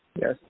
Yes